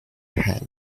hands